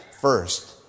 first